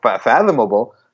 fathomable